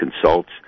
consults